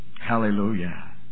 Hallelujah